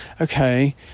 okay